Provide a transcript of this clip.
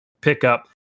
pickup